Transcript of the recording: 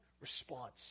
response